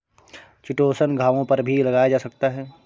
chitosan घावों पर भी लगाया जा सकता है